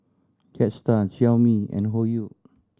Jetstar Xiaomi and Hoyu